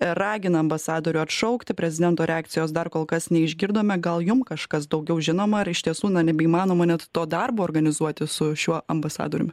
ir ragina ambasadorių atšaukti prezidento reakcijos dar kol kas neišgirdome gal jum kažkas daugiau žinoma ar iš tiesų na nebeįmanoma net to darbo organizuoti su šiuo ambasadoriumi